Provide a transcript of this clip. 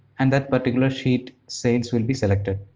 and that particular sheet, sales will be selected.